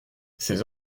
ces